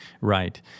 Right